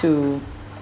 to